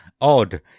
odd